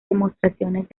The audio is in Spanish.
demostraciones